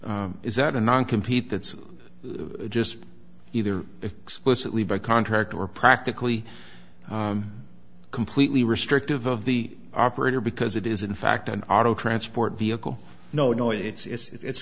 a is that a non compete that's just either explicitly by contract or practically completely restrictive of the operator because it is in fact an auto transport vehicle no no it's